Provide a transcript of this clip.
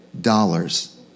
dollars